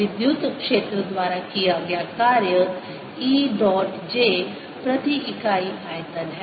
विद्युत क्षेत्र द्वारा किया गया कार्य E डॉट j प्रति इकाई आयतन है